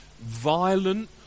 violent